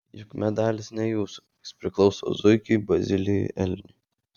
juk medalis ne jūsų jis priklauso zuikiui bazilijui elniui